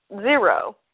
zero